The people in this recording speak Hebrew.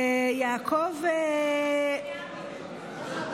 יעקב חושש מאוד